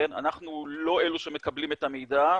אנחנו לא אלה שמקבלים את המידע,